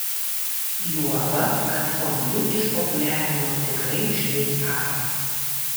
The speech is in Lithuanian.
juoba kad fondiu išpopuliarino tikrai šveicarai